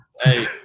Hey